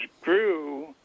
grew